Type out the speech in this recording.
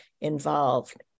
involved